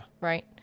right